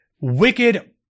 Wicked